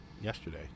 yesterday